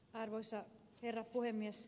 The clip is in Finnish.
arvoisa herra puhemies